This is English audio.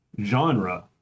genre